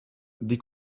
die